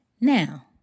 Now